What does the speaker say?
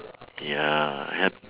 ya help